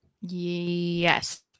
Yes